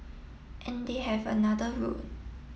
and they have another road